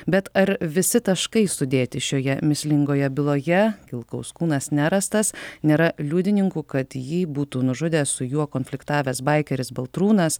bet ar visi taškai sudėti šioje mįslingoje byloje kilkaus kūnas nerastas nėra liudininkų kad jį būtų nužudę su juo konfliktavęs baikeris baltrūnas